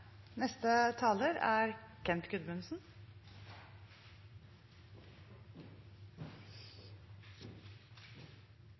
Neste taler er